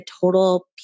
total